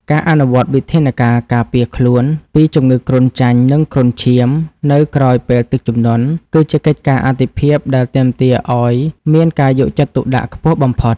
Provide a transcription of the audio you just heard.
ការអនុវត្តវិធានការការពារខ្លួនពីជំងឺគ្រុនចាញ់ និងគ្រុនឈាមនៅក្រោយពេលទឹកជំនន់ គឺជាកិច្ចការអាទិភាពដែលទាមទារឱ្យមានការយកចិត្តទុកដាក់ខ្ពស់បំផុត។